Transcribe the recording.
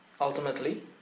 ultimately